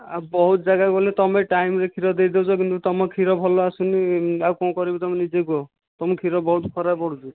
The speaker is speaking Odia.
ଆଉ ବହୁତ ଯାଗାକୁ ଗଲେ ତୁମେ ଟାଇମ୍ରେ କ୍ଷୀର ଦେଇ ଦେଉଛି କିନ୍ତୁ ତୁମ କ୍ଷୀର ଭଲ ଆସୁନି ଆଉ କଣ କରିବି ତୁମେ ନିଜେ କୁହ ତୁମ କ୍ଷୀର ବହୁତ ଖରାପ ପଡ଼ୁଛି